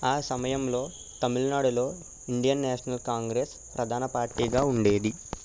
ఆ సమయంలో తమిళనాడులో ఇండియన్ న్యాషనల్ కాంగ్రెస్ ప్రధాన పార్టీగా ఉండేది